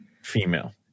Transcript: female